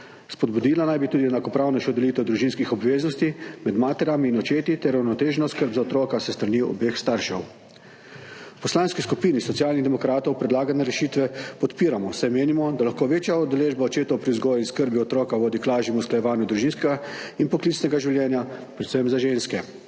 Spodbudila naj bi tudi enakopravnejšo delitev družinskih obveznosti med materami in očeti ter uravnoteženo skrb za otroka s strani obeh staršev. V Poslanski skupini Socialnih demokratov predlagane rešitve podpiramo, saj menimo, da lahko večja udeležba očetov pri vzgoji in skrbi otroka vodi k lažjemu usklajevanju družinskega in poklicnega življenja, predvsem za ženske,